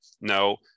No